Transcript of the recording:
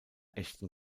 echten